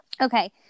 Okay